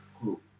group